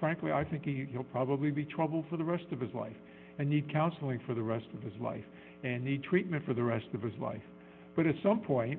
frankly i think he'll probably be trouble for the rest of his life and need counseling for the rest of his life and need treatment for the rest of his life but at some point